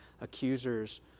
accusers